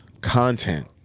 content